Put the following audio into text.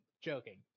joking